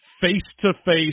face-to-face